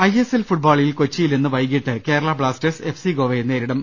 I S L ഫുട്ബോളിൽ കൊച്ചിയിൽ ഇന്ന് വൈകീട്ട് കേരള ബ്ലാസ്റ്റേഴ്സ് എഫ് സി ഗോവയെ നേരി ടും